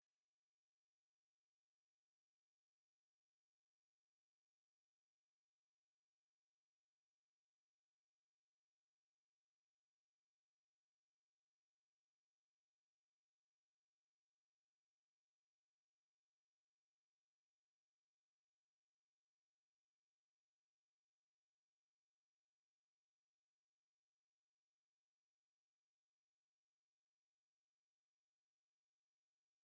Mu kigo cy'amashuri abana bambaye impuzankano y'ubururu bwerurutse hejuru na kaki hasi, bari ku mbuga mu matsinda abiri atandukanyeho gato, bakikije ahantu h'ishusho y'uruziga runini ruteyeho indabo. Umwarimukazi arimo aragenda imbere yarwo abateye umugongo. Inyuma y'abanyeshuri hari ishuri rirerire ry'amatafari rigaragaza ibyumba bitanu. Hirya inyuma y'iryo shuri hateye ibiti ariko na byo inyuma yabyo hari andi mashuri atagaragara neza.